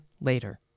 later